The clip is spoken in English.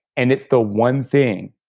and it's the one thing,